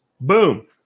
Boom